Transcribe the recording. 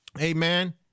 amen